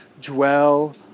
Dwell